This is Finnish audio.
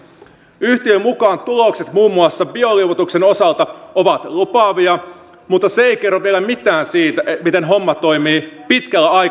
yhtiön mukaan tulokset muun muassa bioliuotuksen osalta ovat lupaavia mutta se ei kerro vielä mitään siitä miten homma toimii pitkällä aikajänteellä